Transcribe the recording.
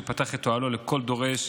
שפתח את אוהלו לכל דורש,